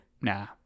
Nah